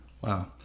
Wow